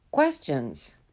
Questions